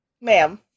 Ma'am